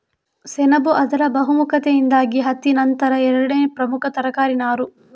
ಸೆಣಬು ಅದರ ಬಹುಮುಖತೆಯಿಂದಾಗಿ ಹತ್ತಿ ನಂತರ ಎರಡನೇ ಪ್ರಮುಖ ತರಕಾರಿ ನಾರು